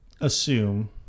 assume